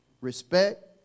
respect